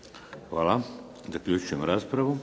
Hvala. Zaključujem raspravu.